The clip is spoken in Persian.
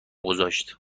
گذاشت